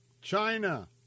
China